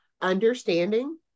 understanding